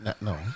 No